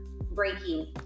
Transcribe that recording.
breaking